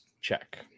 check